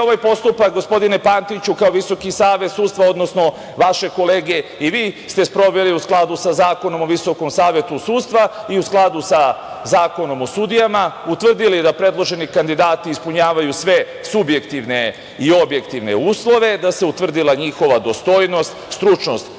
ovaj postupak, gospodine Pantiću, kao VSS, vaše kolege i vi ste sproveli u skladu sa Zakonom o VSS, i u skladu sa Zakonom o sudijama, utvrdili da predloženi kandidati ispunjavaju sve subjektivne i objektivne, da se utvrdila njihova dostojnost, stručnost